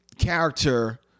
character